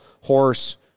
horse